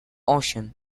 ocean